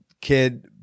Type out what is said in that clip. kid